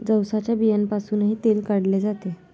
जवसाच्या बियांपासूनही तेल काढले जाते